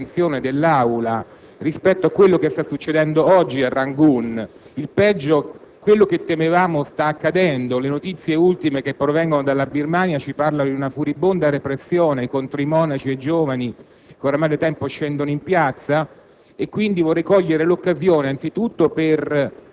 Proprio per questo vorrei richiamare l'attenzione dell'Aula rispetto a quello che sta succedendo oggi a Rangoon. Il peggio, ciò che temevamo, sta accadendo. Le notizie ultime che provengono dalla Birmania ci parlano di una furibonda repressione contro i monaci e i giovani che ormai da tempo scendono in piazza.